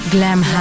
Glam